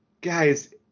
Guys